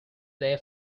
they